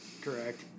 correct